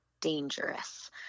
dangerous